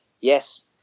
yes